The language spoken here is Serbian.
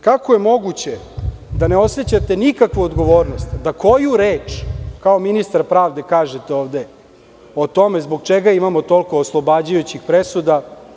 Kako je moguće da ne osećate nikakvu odgovornost da koju reč kao ministar pravde kažete ovde o tome zbog čega imamo toliko oslobađajućih presuda?